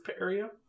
area